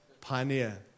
pioneer